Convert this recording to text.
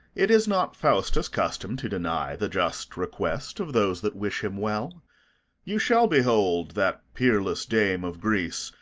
it is not faustus' custom to deny the just request of those that wish him well you shall behold that peerless dame of greece,